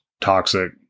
toxic